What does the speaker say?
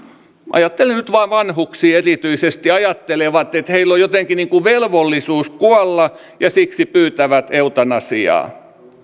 ajattelen nyt vanhuksia erityisesti ajattelevat että heillä on jotenkin niin kuin velvollisuus kuolla ja siksi pyytävät eutanasiaa